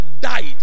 died